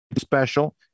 special